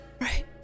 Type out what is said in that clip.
Right